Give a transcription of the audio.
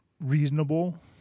reasonable